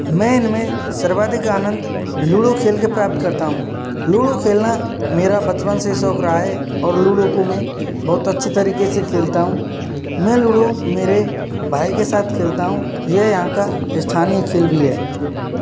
मैं इनमें सर्वाधिक आनंद लूडो खेल के प्राप्त करता हूँ लूडो खेलना मेरा बचपन से ही शौक रहा है और लूडो को मैं बहुत अच्छी तरीके से खेलता हूँ मैं लूडो मेरे भाई के साथ खेलता हूँ ये यहाँ का स्थानीय खेल भी है